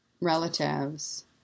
relatives